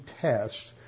tests